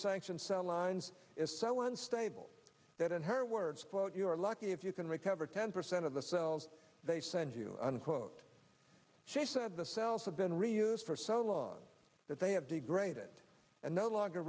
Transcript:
sanctioned cell lines is so unstable that in her words quote you are lucky if you can recover ten percent of the cells they send you unquote she said the cells have been reuse for so long that they have degraded and no longer